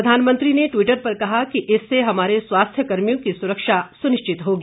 प्रधानमंत्री ने ट्वीटर पर कहा कि इससे हमारे स्वास्थ्य कर्मियों की सुरक्षा सुनिश्चित होगी